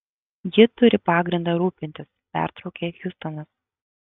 ji turi pagrindą rūpintis pertraukė hjustonas